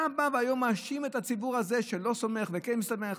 אתה בא ומאשים היום את הציבור הזה שלא סומך וכן סומך.